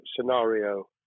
scenario